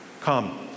Come